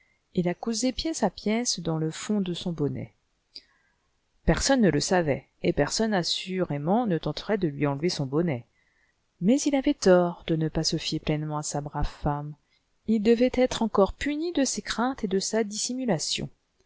et la cousait pièce à pièce dans le fond de son bonnet personne ne le savait et personne assurément ne tenterait de lui enlever son bonnet mais il avait tort de ne pas se fier pleinement à sa brave femme iï devait être encore puni de ses craintes et de sa dissimulation